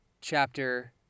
chapter